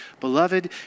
Beloved